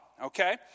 okay